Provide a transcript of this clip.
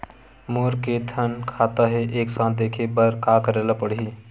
मोर के थन खाता हे एक साथ देखे बार का करेला पढ़ही?